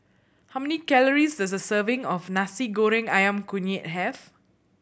how many calories does a serving of Nasi Goreng Ayam Kunyit have